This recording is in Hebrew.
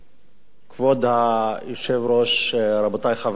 כבוד היושב-ראש, רבותי חברי הכנסת,